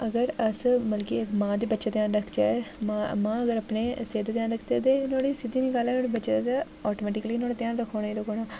अगर अस मतलब कि मां ते बच्चे दा रखचै मां जेकर अपनी सेह्त दा ध्यान रखचै ते नुहाड़ी सिद्धी नेही गल्ल ऐ नुहाड़े बच्चे दा ऑटोमेटिकली ते ध्यान रक्खन लग्गी पौना